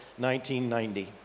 1990